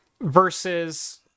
versus